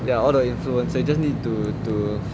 there are all the influence you just need to to